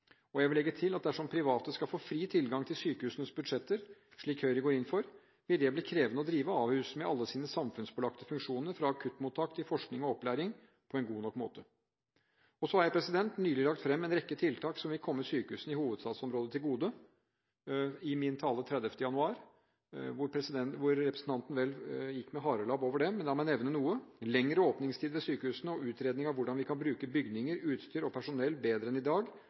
drift. Jeg vil legge til at dersom private skal få fri tilgang til sykehusenes budsjetter, slik Høyre går inn for, vil det bli krevende å drive Ahus, med alle sine samfunnspålagte funksjoner – fra akuttmottak til forskning og opplæring – på en god nok måte. Jeg har nylig – i min tale den 30. januar – lagt fram en rekke tiltak som vil komme sykehusene i hovedstadsområdet til gode. Representanten gikk med harelabb over dem, men la meg nevne noen: lengre åpningstider ved sykehusene og utredning av hvordan vi kan bruke bygninger, utstyr og personell bedre enn i dag,